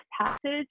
passage